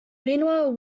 meanwhile